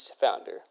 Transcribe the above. founder